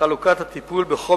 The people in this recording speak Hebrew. (תיקון מס' 64) (חלוקת הטיפול בחומר